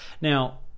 now